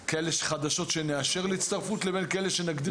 חדשות שנאשר להצטרפות לבין כאלה שנגדיר כמבצעיות.